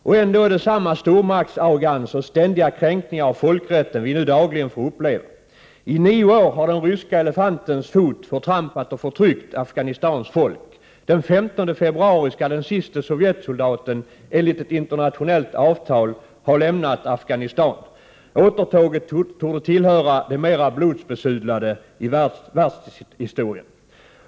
Och ändå är det samma stormaktsarrogans och ständiga kränkningar av folkrätten vi nu dagligen får uppleva. I nio år har den ryska elefantens fot förtrampat och förtryckt Afghanistans folk. Den 15 februari skall den siste Sovjetsoldaten enligt ett internationellt avtal ha lämnat Afghanistan. Återtåget torde tillhöra de mera blodsbesudlade i världshistorien.